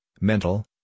mental